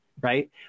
right